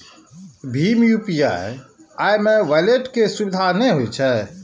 भीम UPI मे wallet के सुविधा नै होइ छै